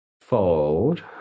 Fold